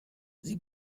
sie